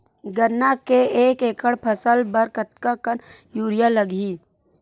गन्ना के एक एकड़ फसल बर कतका कन यूरिया लगही?